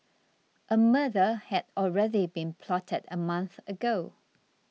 a murder had already been plotted a month ago